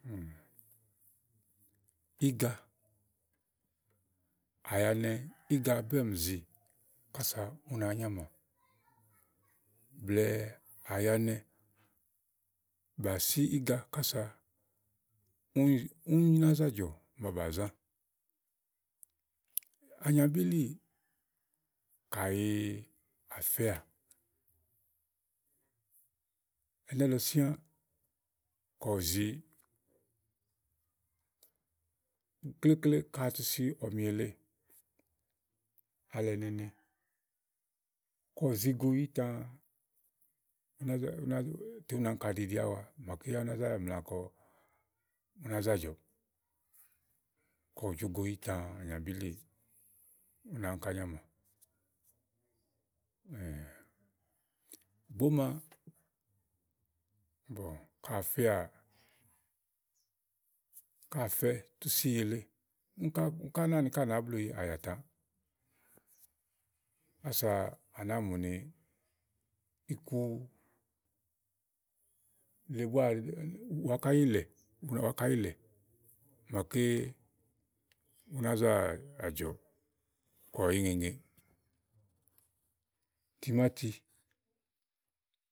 íga, àyanɛ íga bé mì zi ása ú nàá nyamà. Blɛ̀ɛ àyanɛ bà sí íga kása únúni náza jɔ màa bà zã. ànyàbílì kàyi à fɛà, ɛnɛ́lɔ síã, kɔ ù zi klekle ka à tu si ɔ̀mì èle alɛ nene kɔ ù zi go iyítãã. Ú ná ú ná tè ú náa áŋka ɖiɖi áwa màaké ú ná zà mla kɔ ú ná zà jɔ̀. Kɔ ù jo go iyítãã tè ú nà áŋka nyàmà gbòóma, ka à fɛà, ka à fɛ tu si tu ìyì èle úni ká, úni ká náàni nàá bluù àyàtãã ása à nàáa mù ni iku le búá wàá áŋká yìlɛ, wàá áŋká yìlɛ màaké ú ná zà jɔ kɔ íŋeŋeè, timáti.